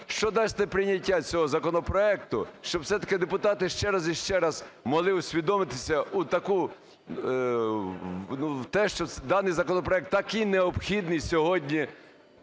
що дасть неприйняття цього законопроекту, щоб все-таки депутати ще раз і ще раз могли усвідомити те, що даний законопроект такий необхідний сьогодні,